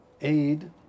Aid